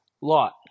Lot